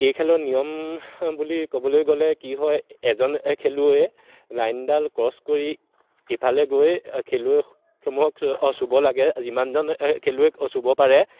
এই খেলৰ নিয়ম বুলি ক'বলৈ গ'লে কি হয় এজন খেলুৱৈয়ে লাইনডাল ক্ৰছ কৰি ইফালে গৈ খেলুৱৈসমূহক অঁ চুব লাগে যিমানজন খেলুৱৈক চুব পাৰে